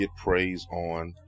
getpraiseon